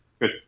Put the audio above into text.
Good